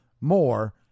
more